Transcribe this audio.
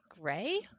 Gray